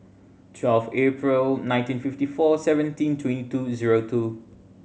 twelve April nineteen fifty four seventeen twenty two zero two